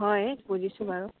হয় বুজিছোঁ বাৰু